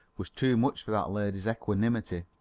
was too much for that lady's equanimity.